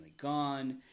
gone